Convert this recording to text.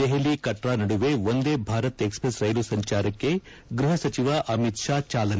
ದೆಹಲಿ ಕಟ್ರಾ ನದುವೆ ವಂದೇ ಭಾರತ್ ಎಕ್ಸ್ಪ್ರೆಸ್ ರೈಲು ಸಂಚಾರಕ್ಕೆ ಗ್ವಹ ಸಚಿವ ಅಮಿತ್ ಷಾ ಚಾಲನೆ